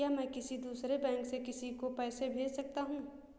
क्या मैं किसी दूसरे बैंक से किसी को पैसे भेज सकता हूँ?